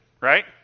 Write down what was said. Right